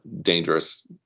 dangerous